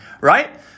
right